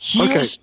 Okay